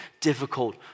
difficult